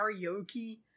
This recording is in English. karaoke